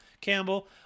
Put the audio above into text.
Campbell